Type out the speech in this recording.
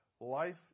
Life